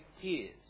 tears